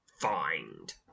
find